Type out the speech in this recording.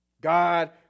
God